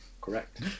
Correct